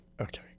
Okay